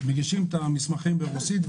מגישים את המסמכים ברוסית,